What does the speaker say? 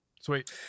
sweet